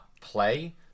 play